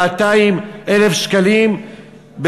200,000 שקלים,